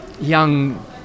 young